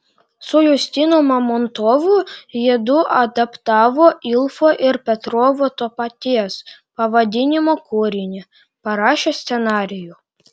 su justinu mamontovu jiedu adaptavo ilfo ir petrovo to paties pavadinimo kūrinį parašė scenarijų